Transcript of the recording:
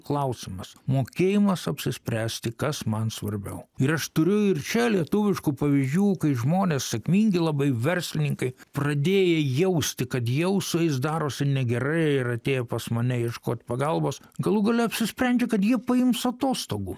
klausimas mokėjimas apsispręsti kas man svarbiau ir aš turiu ir čia lietuviškų pavyzdžių kai žmonės sėkmingi labai verslininkai pradėję jausti kad jau su jais darosi negerai ir atėjo pas mane ieškot pagalbos galų gale apsisprendžia kad jie paims atostogų